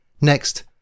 Next